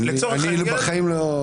אילו עסקים?